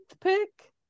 pick